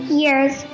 years